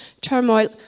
turmoil